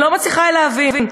אני לא מצליחה להבין.